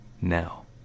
now